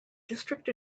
district